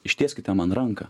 ištieskite man ranką